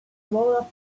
role